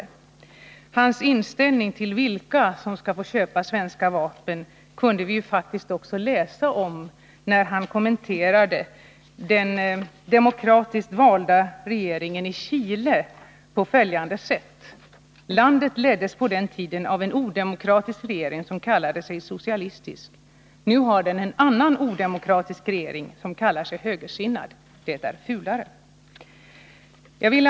Vi kunde faktiskt också läsa om hans inställning till frågan om vilka som skall få köpa svenska vapen, när han kommenterade den demokratiskt valda regeringen i Chile på följande sätt: ”Landet leddes på den tiden av en odemokratisk regering som kallade sig socialistisk. Nu har man en annan odemokratisk regering som kallar sig högersinnad. Det är fulare.” Så långt direktören för Bofors.